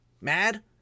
mad